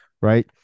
right